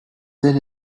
tel